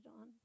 on